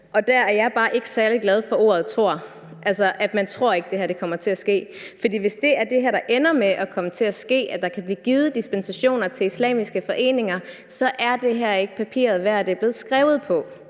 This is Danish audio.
Der er jeg bare ikke særlig glad for ordet tror, altså at man siger, at man ikke tror, det her kommer til at ske. For hvis det er det her, der ender med at ske, altså at der kan blive givet dispensationer til islamiske foreninger, så er det her ikke papiret værd, det er blevet skrevet på.